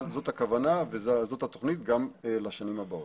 אבל זאת הכוונה וזאת התכנית גם לשנים הבאות.